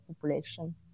population